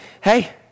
hey